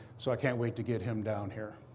so i can't wait to get him down here.